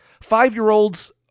five-year-olds